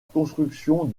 construction